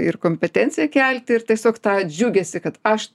ir kompetenciją kelti ir tiesiog tą džiugesį kad aš